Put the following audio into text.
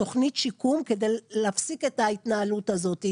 תוכנית שיקום כדי להפסיק את ההתנהלות הזאת.